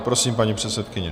Prosím, paní předsedkyně.